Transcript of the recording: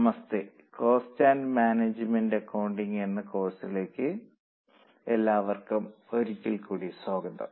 namaste cost and management accounting എന്ന കോഴ്സിലേക്ക് എല്ലാവർക്കും ഒരിക്കൽക്കൂടി സ്വാഗതം